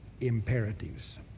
imperatives